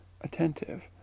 attentive